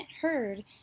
heard